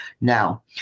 Now